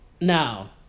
Now